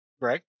Greg